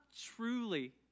truly